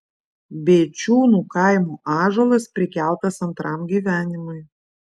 bėčiūnų kaimo ąžuolas prikeltas antram gyvenimui